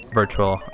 virtual